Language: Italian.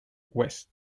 west